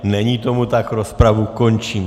Není tomu tak, rozpravu končím.